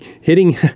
hitting